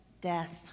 death